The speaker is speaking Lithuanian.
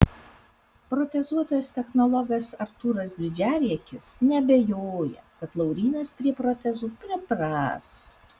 protezuotojas technologas artūras didžiariekis neabejoja kad laurynas prie protezų pripras